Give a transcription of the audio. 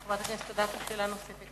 חברת הכנסת אדטו, שאלה נוספת.